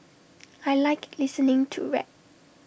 I Like listening to rap